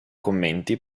commenti